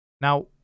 now